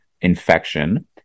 infection